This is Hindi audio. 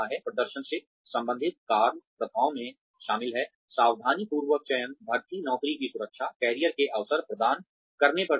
प्रदर्शन से संबंधित कार्य प्रथाओं में शामिल हैं सावधानीपूर्वक चयन भर्ती नौकरी की सुरक्षा कैरियर के अवसर प्रदान करने पर जोर